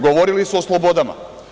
Govorili su o slobodama.